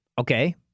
Okay